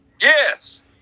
Yes